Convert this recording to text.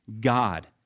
God